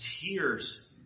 tears